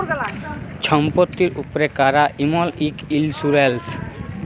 ছম্পত্তির উপ্রে ক্যরা ইমল ইক ইল্সুরেল্স